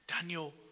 Daniel